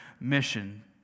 mission